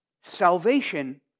Salvation